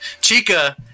Chica